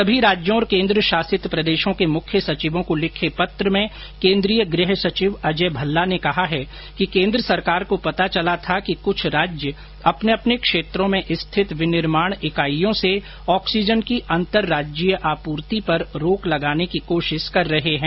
सभी राज्यों और केन्द्र शासित प्रदेशों के मुख्य सचिवों को लिखे पत्र में केंद्रीय गृह सचिव अजय भल्ला ने कहा है कि केन्द्र सरकार को पता चला था कि कुछ राज्य अपने अपने क्षेत्रों में स्थित विनिर्माण इकाइयों से ऑक्सीजन की अंतर राज्यीय आपूर्ति पर रोक लगाने की कोशिश कर रहे हैं